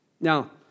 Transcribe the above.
Now